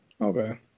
Okay